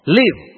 live